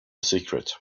secret